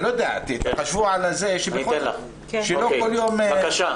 אני לא יודע, תחשבו על זה שלא כל יום --- אני